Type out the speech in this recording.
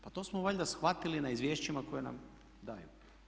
Pa to smo valjda shvatili na izvješćima koje nam daju.